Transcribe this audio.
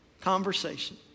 conversation